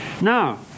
Now